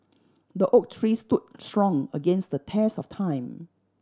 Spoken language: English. the oak tree stood strong against the test of time